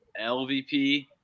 LVP